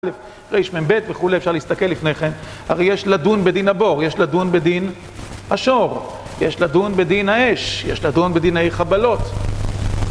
רמב וכולי אפשר להסתכל לפני כן, הרי יש לדון בדין הבור, יש לדון בדין השור, יש לדון בדין האש, יש לדון בדיני חבלות